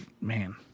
man